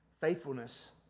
faithfulness